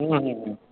हूँ हूँ